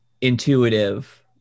intuitive